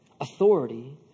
authority